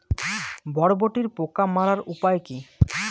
বরবটির পোকা মারার উপায় কি?